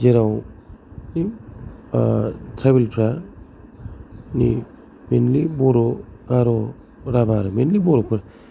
जेराव ट्राइबेल फ्रा mainly Boro Garo Rabha mainly बर'फोर